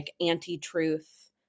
anti-truth